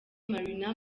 marina